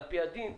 על פי הדין,